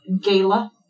gala